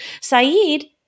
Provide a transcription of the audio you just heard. Saeed